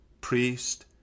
priest